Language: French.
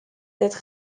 être